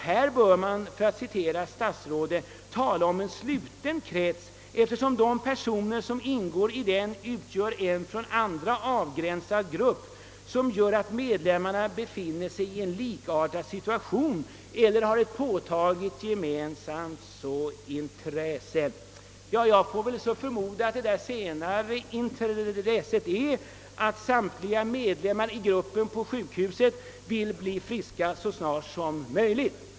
Här bör man, för att citera statsrådet, »tala om en sluten krets, eftersom de personer som ingår i den utgör en från andra avgränsad grupp som uppstått genom att medlemmarna befinner sig i en likartad situation eller har ett påtagligt gemensamt intresse». Jag får väl förmoda att det gemensamma intresset är att samtliga medlemmar i gruppen på sjukhuset vill bli friska så snart som möjligt.